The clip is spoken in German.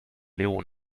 leone